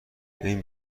این